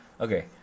okay